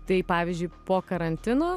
tai pavyzdžiui po karantino